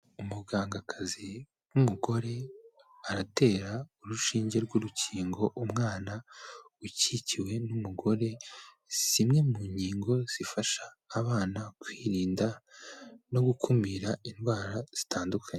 Umugangakazi w'umugore aratera urushinge rw'urukingo umwana, ukikiwe n'umugore zimwe mu ngingo zifasha abana kwirinda no gukumira indwara zitandukanye.